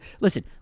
Listen